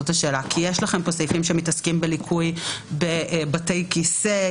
הרי יש לכם פה סעיפים שמתעסקים בליקוי בבתי כיסא,